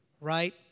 Right